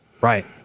Right